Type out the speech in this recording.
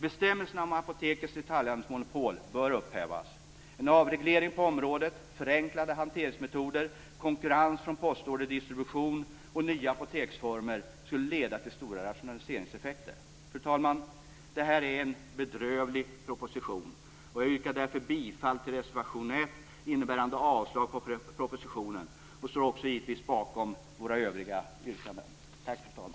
Bestämmelserna om apotekens detaljhandelsmonopol bör upphävas. En avreglering på området, förenklade hanteringsmetoder, konkurrens från postorderdistribution och nya apoteksformer skulle leda till stora rationaliseringseffekter. Fru talman! Det här är en bedrövlig proposition. Jag yrkar därför bifall till reservation 1, innebärande avslag på propositionen. Jag står givetvis också bakom våra övriga yrkanden.